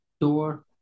door